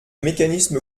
mécanisme